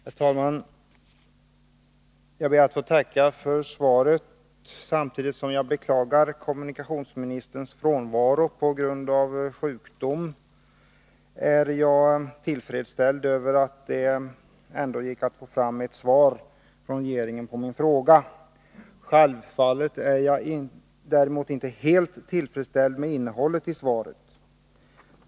Herr talman! Jag ber att få tacka för svaret. Samtidigt som jag beklagar kommunikationsministerns frånvaro på grund av sjukdom är jag till freds med att regeringen ändå fick fram ett svar på min fråga. Självfallet är jag däremot inte helt tillfredsställd med innehållet i svaret.